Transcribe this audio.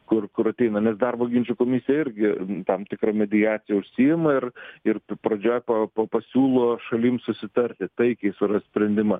kur kur ateina nes darbo ginčų komisija irgi tam tikra mediacija užsiima ir ir tu pradžioj po po pasiūlo šalims susitarti taikiai surast sprendimą